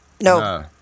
No